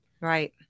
right